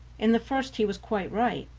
in the first he was quite right,